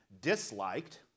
disliked